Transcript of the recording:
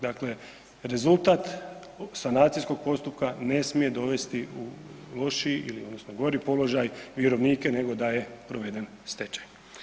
Dakle, rezultat sanacijskog postupka ne smije dovesti u lošiji ili odnosno gori položaj vjerovnike nego da je proveden stečaj.